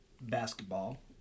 basketball